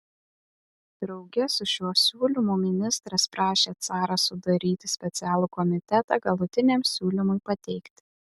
drauge su šiuo siūlymu ministras prašė carą sudaryti specialų komitetą galutiniam siūlymui pateikti